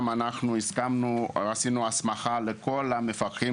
גם אנחנו הסמכנו ועשינו הסמכה לכל המפקחים